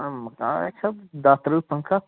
مَکان حظ چھِ دَہ ترٛہ پنٛژاہ